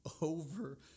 over